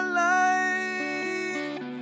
life